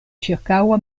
ĉirkaŭa